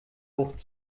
wucht